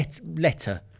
letter